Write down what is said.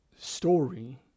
story